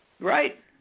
Right